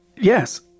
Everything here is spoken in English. Yes